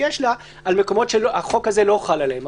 שיש לה על מקומות שהחוק הזה לא חל עליהם.